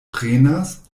prenas